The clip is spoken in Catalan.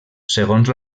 segons